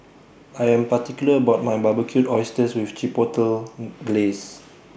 I Am particular about My Barbecued Oysters with Chipotle Glaze